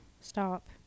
stop